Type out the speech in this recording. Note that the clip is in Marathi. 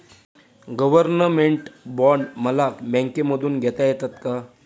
गव्हर्नमेंट बॉण्ड मला बँकेमधून घेता येतात का?